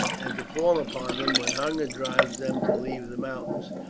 and to fall upon them when hunger drives them to leave the mountains.